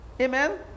Amen